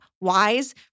wise